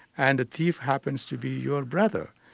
and the thief happens to be your brother,